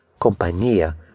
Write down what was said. compañía